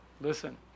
Listen